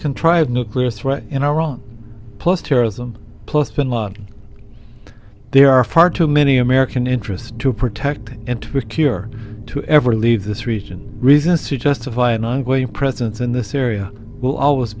contrived nuclear threat in our own plus terrorism plus been mugged there are far too many american interests to protect and secure to ever leave this region reasons to justify an ongoing presence in this area will always